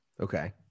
Okay